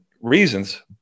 reasons